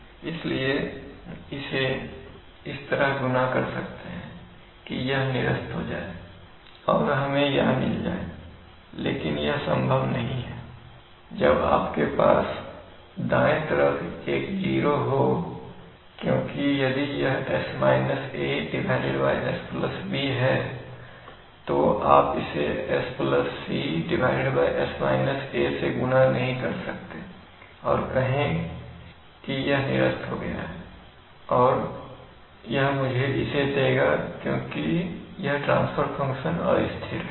हम हमेशा इसे इस तरह गुना कर सकते हैं कि यह निरस्त हो जाए और हमें यह मिल जाए लेकिन यह तब संभव नहीं है जब आपके पास दाएं तरफ एक जीरो हो क्योंकि यदि यह s b है तो आप इसे s c s - a से गुना नहीं कर सकते हैं और कहे की यह निरस्त हो गया है और यह मुझे इसे देगा क्योंकि यह ट्रांसफर फंक्शन अस्थिर है